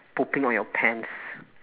pooping on your pants